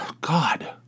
God